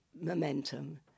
momentum